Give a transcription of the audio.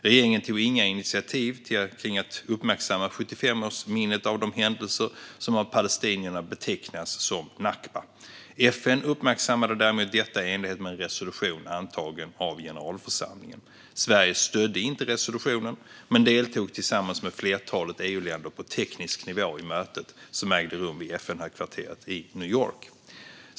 Regeringen tog inga initiativ kring att uppmärksamma 75-årsminnet av de händelser som av palestinierna betecknas som nakba. FN uppmärksammade däremot detta i enlighet med en resolution antagen av generalförsamlingen. Sverige stödde inte resolutionen men deltog tillsammans med flertalet EU-länder på teknisk nivå i mötet, som ägde rum vid FN-högkvarteret i New York.